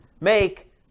make